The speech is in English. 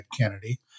Kennedy